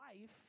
life